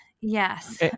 yes